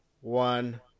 one